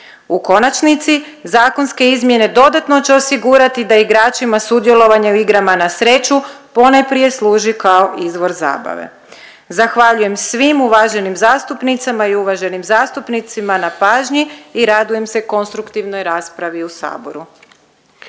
U konačnici zakonske izmjene dodatno će osigurati da igračima sudjelovanje u igrama na sreću ponajprije služi kao izvor zabave. Zahvaljujem svim uvaženim zastupnicama i uvaženim zastupnicima na pažnji i radujem se konstruktivnoj raspravi u saboru.